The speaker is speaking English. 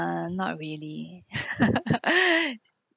uh not really